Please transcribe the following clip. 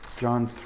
John